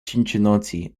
cincinnati